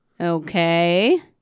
Okay